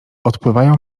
odpływają